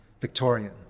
Victorian